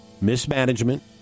Mismanagement